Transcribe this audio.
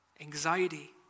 anxiety